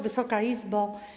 Wysoka Izbo!